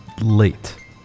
late